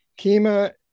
Kima